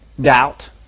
Doubt